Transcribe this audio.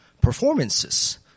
performances